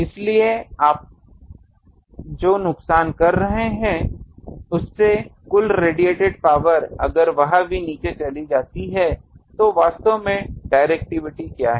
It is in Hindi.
इसलिए आप जो नुकसान कर रहे हैं उससे कुल रेडिएट पावर अगर वह भी नीचे चली जाती है तो वास्तव में डिरेक्टिविटी क्या है